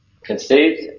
conceived